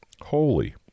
holy